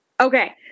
Okay